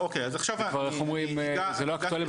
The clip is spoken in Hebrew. זה כבר איך שאומרים זה לא אקטואלי.